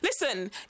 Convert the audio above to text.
Listen